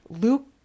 Luke